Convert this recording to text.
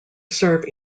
serve